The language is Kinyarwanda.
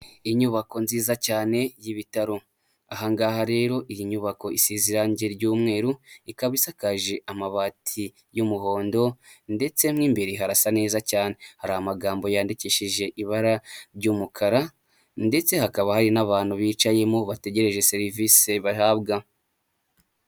Inyubako nziza cyane y'ibitaro, ahangaha rero iyi nyubako isize irangi ry'umweru, ikaba isakaje amabati y'umuhondo ndetse mo imbere harasa neza cyane, hari amagambo yandikishije ibara ry'umukara ndetse hakaba hari n'abantu bicayemo bategereje serivisi bahabwa.